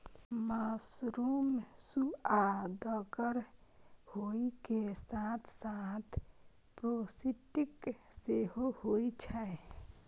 mushroom सुअदगर होइ के साथ साथ पौष्टिक सेहो होइ छै